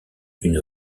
une